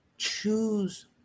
Choose